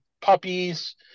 puppies